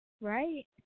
Right